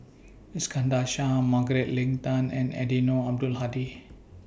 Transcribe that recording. Iskandar Shah Margaret Leng Tan and Eddino Abdul Hadi